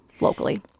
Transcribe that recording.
locally